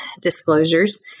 disclosures